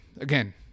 Again